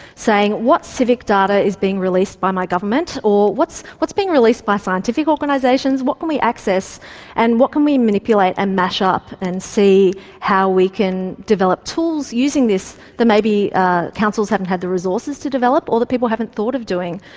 saying what civic data is being released by my government? or what's what's being released by scientific organisations? what can we access and what can we manipulate and mash up and see how we can develop tools using this that maybe ah councils haven't had the resources to develop or that people haven't thought of doing?